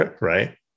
Right